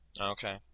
Okay